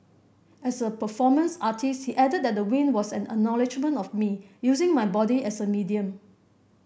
as a performance artist he added that the win was an acknowledgement of me using my body as a medium